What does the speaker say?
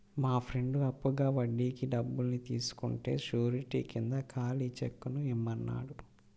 మా ఫ్రెండు అప్పుగా వడ్డీకి డబ్బుల్ని తీసుకుంటే శూరిటీ కింద ఖాళీ చెక్కుని ఇమ్మన్నాడు